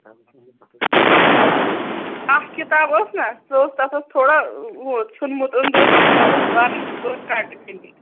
اَکھ کِتاب ٲس نا سۄ ٲس تَتھ اوس تھوڑا ہُہ ژھیٛونمُت أنٛدرٕ تَتھ ٲسۍ وَرق زٕ ژور کَٹ گٲمِتۍ